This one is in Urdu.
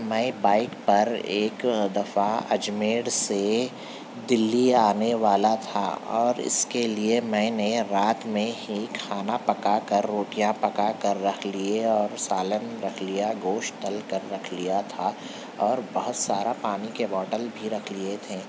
میں بائک پر ایک دفعہ اجمیر سے دلی آنے والا تھا اور اس کے لیے میں نے رات میں ہی کھانا پکا کر روٹیاں پکا کر رکھ لیے اور سالن رکھ لیا گوشت تل کر رکھ لیا تھا اور بہت سارا پانی کے بوٹل بھی رکھ لیے تھے